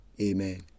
Amen